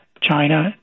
China